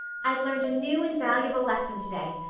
i've learned a new and valuable lesson today.